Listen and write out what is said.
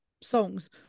songs